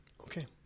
Okay